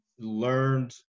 learned